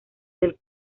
del